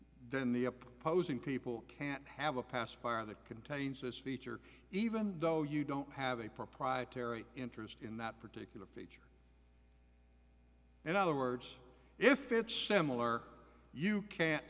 then the opposing people can have a pacifier that contains this feature even though you don't have a proprietary interest in that particular feature in other words if it's similar you can't